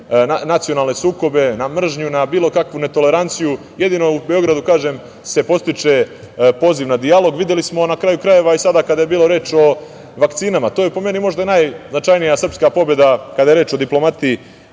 nacionalne sukobe, na mržnju, na bilo kakvu netoleranciju. Jedino u Beogradu se podstiče poziv na dijalog. Videli smo na kraju krajeva i sada kada je bilo reči o vakcinama. To je po meni možda najznačajnija srpska pobeda kada je reč o diplomatiji